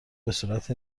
بهصورت